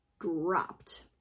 dropped